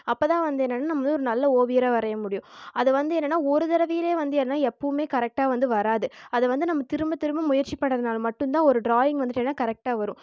அப்ப தான் வந்து என்னென்னா நம்ம வந்து ஒரு நல்ல ஓவியராக வரைய முடியும் அதை வந்து என்னென்னா ஒரு தரவையிலயே வந்து என்னென்னா எப்போவுமே கரெக்டாக வந்து வராது அதை வந்து நம்ப திரும்ப திரும்ப முயற்சி பண்ணுறதுனால மட்டும்தான் ஒரு டிராயிங் வந்துட்டு என்ன கரெக்டாக வரும்